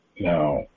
Now